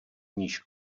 níž